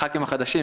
הח"כים החדשים,